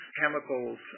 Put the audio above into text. chemicals